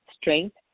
strength